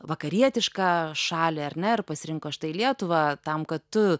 vakarietišką šalį ar ne ir pasirinko štai lietuvą tam kad tu